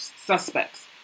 suspects